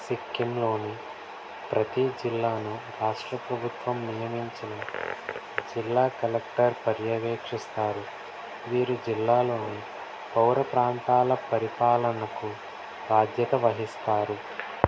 సిక్కింలోని ప్రతి జిల్లాను రాష్ట్ర ప్రభుత్వం నియమించిన జిల్లా కలెక్టర్ పర్యవేక్షిస్తారు వీరు జిల్లాలోను పౌర ప్రాంతాల పరిపాలనకు బాధ్యత వహిస్తారు